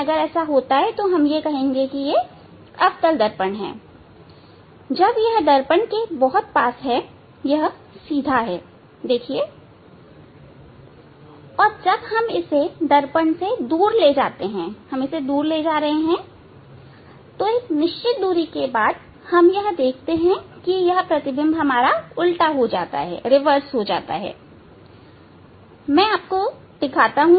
जब यह दर्पण के बहुत पास है यह सीधा है और जब हम इसे दर्पण से दूर ले जाते हैं तब एक निश्चित दूरी के बाद हम यह देखते हैं कि प्रतिबिंब उल्टा हो जाता है मैं आपको दिखाता हूं